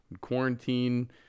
Quarantine